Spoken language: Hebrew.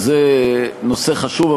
זה נושא חשוב,